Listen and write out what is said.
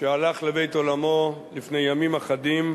שהלך לבית-עולמו לפני ימים אחדים,